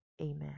amen